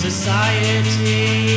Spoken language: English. Society